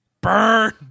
Burn